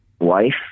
wife